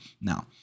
Now